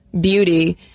beauty